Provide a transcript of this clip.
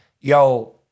yo